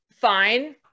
fine